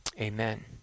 amen